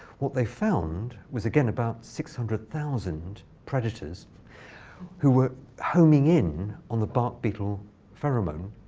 what they found was, again, about six hundred thousand predators who were homing in on the bark beetle pheromone.